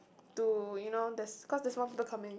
to you know there's cause there's more people coming